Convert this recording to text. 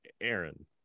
Aaron